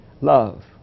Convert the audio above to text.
love